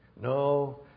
No